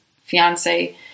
fiance